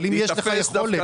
אבל אם יש לך יכולת?